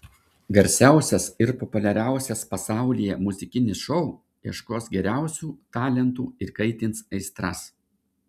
garsiausias ir populiariausias pasaulyje muzikinis šou ieškos geriausių talentų ir kaitins aistras